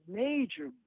major